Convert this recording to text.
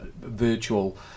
virtual